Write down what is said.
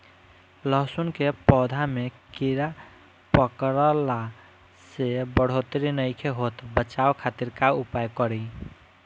लहसुन के पौधा में कीड़ा पकड़ला से बढ़ोतरी नईखे होत बचाव खातिर का उपाय करी?